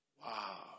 Wow